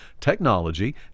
technology